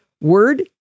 Word